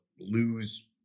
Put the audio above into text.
lose